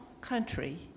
country